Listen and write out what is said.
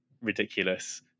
ridiculous